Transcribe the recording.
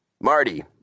Marty